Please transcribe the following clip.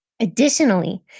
Additionally